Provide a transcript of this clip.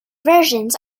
versions